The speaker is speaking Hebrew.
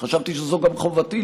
וחשבתי שזו גם חובתי,